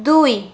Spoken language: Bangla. দুই